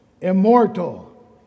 immortal